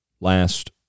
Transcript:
last